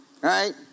right